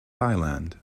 thailand